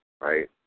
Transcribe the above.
right